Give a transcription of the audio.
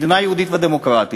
מדינה יהודית ודמוקרטית.